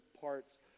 parts